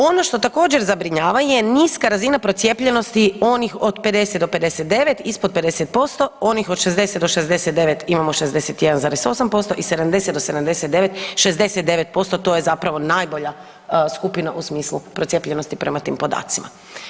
Ono što također zabrinjava je niska razina procijepljenosti onih od 50 do 59, ispod 50%, onih od 60 do 69 imamo 61,8% i 70 do 79 69%, to je zapravo najbolja skupina u smislu procijepljenosti prema tim podacima.